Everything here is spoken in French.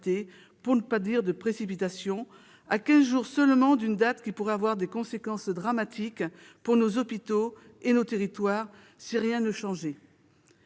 pour ne pas dire de précipitation, à quinze jours seulement d'une date qui pourrait avoir des conséquences dramatiques pour nos hôpitaux et nos territoires si rien ne changeait.